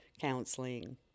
counseling